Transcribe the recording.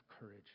courage